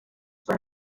per